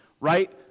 right